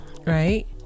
right